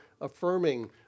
affirming